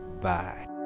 bye